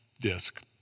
disk